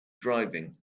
driving